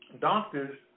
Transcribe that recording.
doctors